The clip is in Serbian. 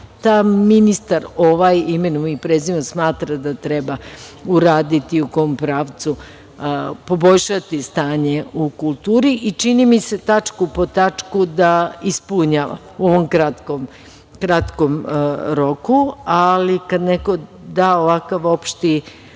šta ministar ovaj imenom i prezimenom smatra da treba uraditi, u kom pravcu poboljšati stanje u kulturi i čini mi se tačku po tačku da ispunjavam u ovom kratkom roku, ali kad neko da ovakav opšti